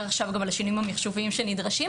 עכשיו גם על השינויים המחשוביים שנדרשים